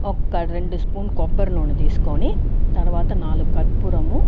ఒక్క రెండు స్పూన్ కొబ్బరి నూనె తీసుకోని తర్వాత నాలుగు కర్పూరము